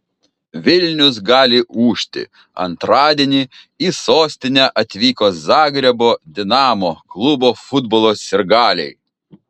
vilnius gali ūžti antradienį į sostinę atvyko zagrebo dinamo klubo futbolo sirgaliai